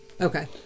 Okay